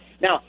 Now